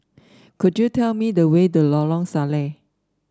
could you tell me the way to Lorong Salleh